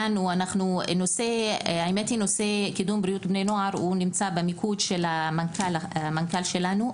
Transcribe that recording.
נושא קידום בריאות בני נוער נמצא במיקוד של המנכ"ל שלנו,